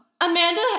Amanda